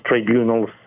Tribunals